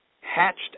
hatched